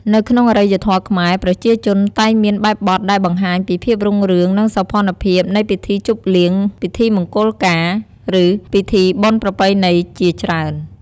នៅក្នុងអរិយធម៌ខ្មែរប្រជាជនតែងមានបែបបទដែលបង្ហាញពីភាពរុងរឿងនិងសោភ័ណភាពនៃពិធីជប់លៀង ពិធីមង្គលការ ឬពិធីបុណ្យប្រពៃណីជាច្រើន។